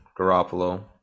Garoppolo